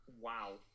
Wow